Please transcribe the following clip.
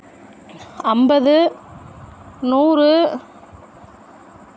ஐம்பது நூறு